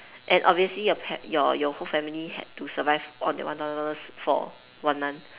and obviously your ha~ your whole family had to survive on that one thousand dollars for one month